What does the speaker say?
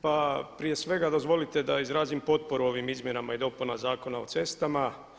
Pa prije svega dozvolite da izrazim potporu ovim izmjenama i dopunama Zakona o cestama.